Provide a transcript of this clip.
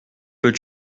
peux